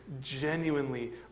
genuinely